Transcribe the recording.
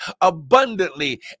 abundantly